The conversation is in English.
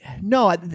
no